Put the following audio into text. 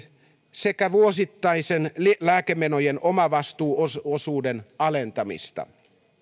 sekä vuosittaisen lääkemenojen omavastuuosuuden alentamista